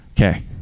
Okay